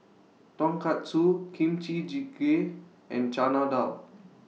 Tonkatsu Kimchi Jjigae and Chana Dal